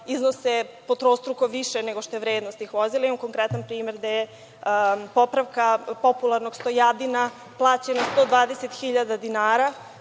iznose trostruko više nego što je vrednost tih vozila. Imam konkretan primer gde je popravka popularnog „Stojadina“ plaćena 120 hiljada dinara.